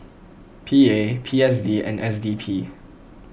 P A P S D and S D P